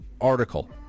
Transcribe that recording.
article